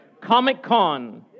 Comic-Con